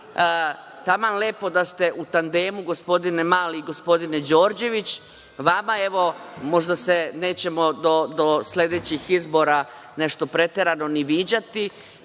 taman lepo da ste u tandemu, gospodine Mali i gospodine Đorđević. Možda se nećemo do sledećih izbora nešto preterano ni viđati.